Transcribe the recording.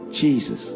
Jesus